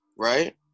Right